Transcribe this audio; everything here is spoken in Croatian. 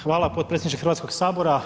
Hvala potpredsjedniče HS.